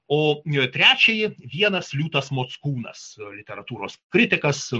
o trečiąjį vienas liūtas mockūnas literatūros kritikas